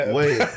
Wait